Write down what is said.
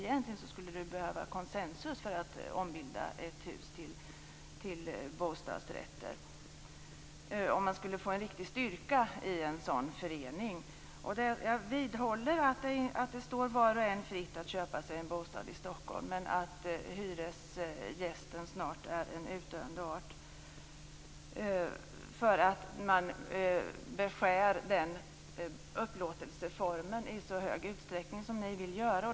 Egentligen skulle man behöva konsensus för att ombilda ett hyreshus till bostadsrätter för att få en riktig styrka i en sådan förening. Jag vidhåller att det står var och en fritt att köpa sig en bostad i Stockholm. Men hyresgästen är snart en utdöende art, därför att man beskär den upplåtelseformen i så stor utsträckning som ni vill göra.